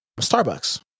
Starbucks